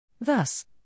Thus